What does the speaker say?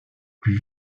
plus